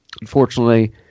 unfortunately